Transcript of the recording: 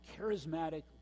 charismatic